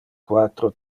quatro